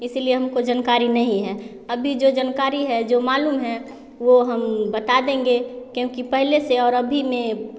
इसी लिए हमको जनकारी नहीं है अभी जो जानकारी है जो मालूम है वह हम बाता देंगे क्योंकि पहले से और अभी में